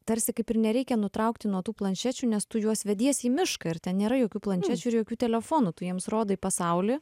tarsi kaip ir nereikia nutraukti nuo tų planšečių nes tu juos vediesi į mišką ir ten nėra jokių planšečių ir jokių telefonų tu jiems rodai pasaulį